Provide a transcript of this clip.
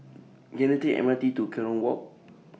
Can I Take M R T to Kerong Walk